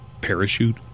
parachute